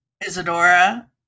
Isadora